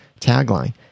tagline